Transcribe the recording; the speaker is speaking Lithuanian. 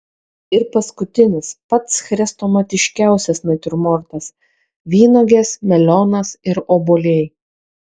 ir paskutinis pats chrestomatiškiausias natiurmortas vynuogės melionas ir obuoliai